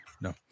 No